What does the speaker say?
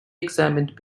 examined